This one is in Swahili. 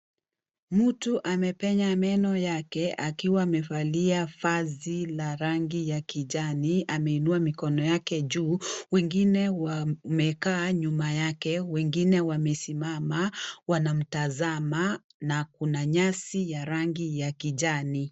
Mtu amepenya meno yake akiwa amevalia vazi la rangi ya kijani ameinua mikono yake juu, wengine wamekaa nyuma yake, wengine wamesimama wanamtazama na kuna nyasi ya rangi ya kijani.